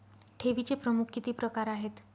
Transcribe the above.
ठेवीचे प्रमुख किती प्रकार आहेत?